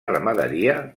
ramaderia